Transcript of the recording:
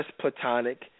platonic